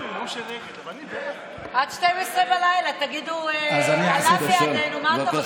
עד 24:00 תגידו "עלה בידנו", מה אתה רוצה?